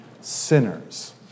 sinners